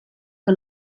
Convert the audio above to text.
que